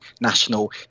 national